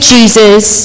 Jesus